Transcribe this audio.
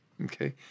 okay